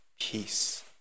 peace